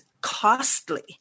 costly